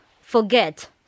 forget